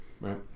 right